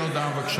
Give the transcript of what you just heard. תודה.